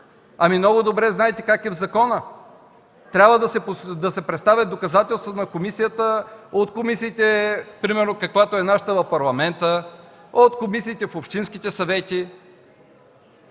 Много добре знаете как е в закона – трябва на комисията да се представят доказателства от комисиите, примерно каквато е нашата в Парламента, от комисиите в общинските съвети.